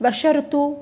वर्षर्तुः